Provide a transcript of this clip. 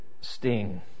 sting